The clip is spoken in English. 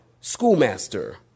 Schoolmaster